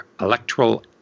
electoral